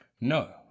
No